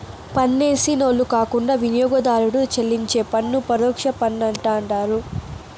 పన్నేసినోళ్లు కాకుండా వినియోగదారుడు చెల్లించే పన్ను పరోక్ష పన్నంటండారు